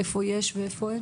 איפה יש ואיפה אין.